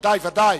ודאי, ודאי.